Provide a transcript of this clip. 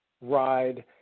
ride